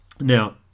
Now